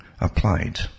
applied